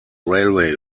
railway